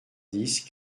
dix